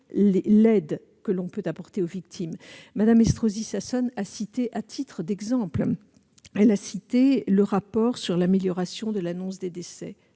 l'aide que l'on peut apporter aux victimes. Mme Estrosi Sassone a cité, à titre d'exemple, le rapport sur l'amélioration de l'annonce des décès.